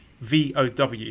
VOW